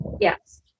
Yes